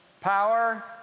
power